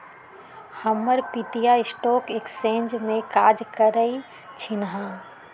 हमर पितिया stock exchange में काज करइ छिन्ह